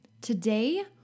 Today